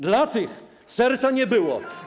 Dla tych serca nie było.